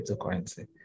cryptocurrency